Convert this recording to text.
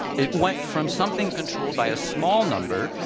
it went from something controlled by a small number,